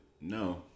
no